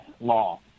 law